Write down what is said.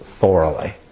thoroughly